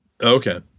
Okay